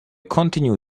continue